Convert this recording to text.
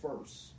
first